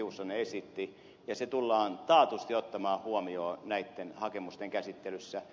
tiusanen esitti ja se tullaan taatusti ottamaan huomioon näitten hakemusten käsittelyssä